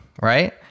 right